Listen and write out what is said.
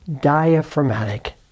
diaphragmatic